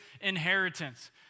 inheritance